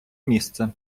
місце